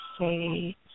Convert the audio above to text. say